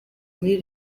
muri